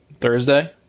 Thursday